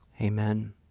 Amen